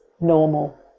normal